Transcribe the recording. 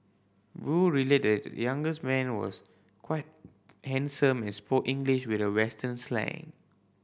Wu relayed younger's man was quite handsome and spoke English with a western slang